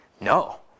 No